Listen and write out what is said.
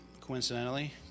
coincidentally